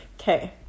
Okay